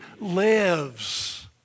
lives